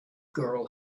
girl